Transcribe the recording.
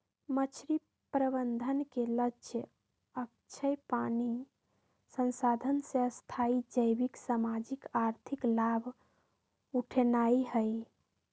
मछरी प्रबंधन के लक्ष्य अक्षय पानी संसाधन से स्थाई जैविक, सामाजिक, आर्थिक लाभ उठेनाइ हइ